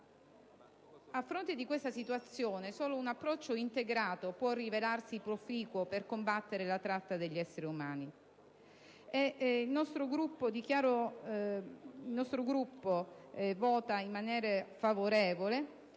A fronte di questa situazione, solo un approccio integrato può rivelarsi proficuo per combattere la tratta di esseri umani. Il nostro Gruppo condivide